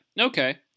okay